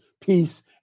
peace